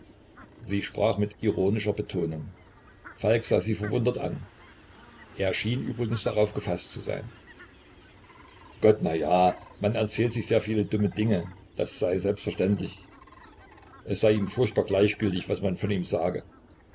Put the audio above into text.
sie sprach mit ironischer betonung falk sah sie verwundert an er schien übrigens darauf gefaßt zu sein gott na ja man erzählte sich sehr viele dumme dinge das sei selbstverständlich es sei ihm furchtbar gleichgültig was man von ihm sage